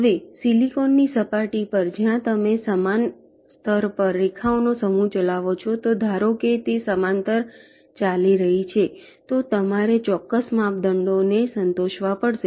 હવે સિલિકોનની સપાટી પર જ્યા તમે સમાન સ્તર પર રેખાઓનો સમૂહ ચલાવો છો તો ધારો કે તે સમાંતર ચાલી રહી છે તો તમારે ચોક્કસ માપદંડોને સંતોષવા પડશે